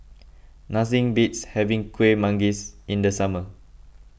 nothing beats having Kueh Manggis in the summer